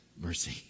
mercy